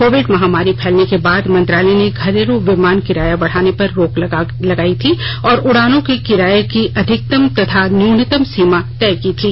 Covid महामारी फैलने के बाद मंत्रालय ने घरेलू विमान किराया बढ़ाने पर रोक लगाई थी और उड़ानों के किराये की अधिकतम तथा न्यूनतम सीमा तय की थी